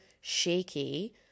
shaky